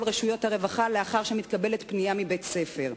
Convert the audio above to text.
רשויות הרווחה לאחר שמתקבלת פנייה מבית-ספר?